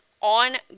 On